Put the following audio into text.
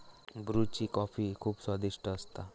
ब्रुची कॉफी खुप स्वादिष्ट असता